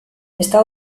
está